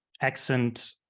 accent